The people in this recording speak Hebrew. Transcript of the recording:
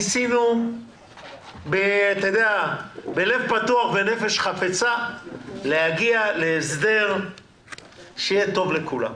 ניסינו בלב פתוח ובנפש חפצה להגיע להסדר שיהיה טוב לכולם.